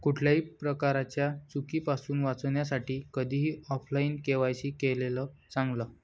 कुठल्याही प्रकारच्या चुकीपासुन वाचण्यासाठी कधीही ऑफलाइन के.वाय.सी केलेलं चांगल